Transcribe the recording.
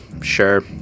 sure